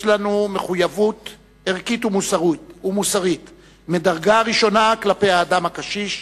יש לנו מחויבות ערכית ומוסרית מדרגה ראשונה כלפי האדם הקשיש